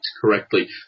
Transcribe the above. correctly